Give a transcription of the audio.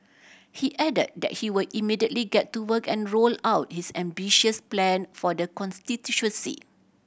he added that he will immediately get to work and roll out his ambitious plan for the constituency